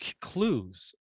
clues